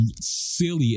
silly